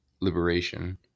liberation